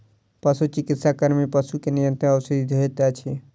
पशुचिकित्सा कर्मी पशु के निरंतर औषधि दैत अछि